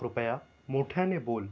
कृपया मोठ्याने बोल